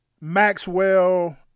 Maxwell